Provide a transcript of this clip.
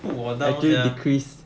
put 我 down sia